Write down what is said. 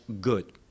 good